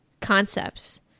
concepts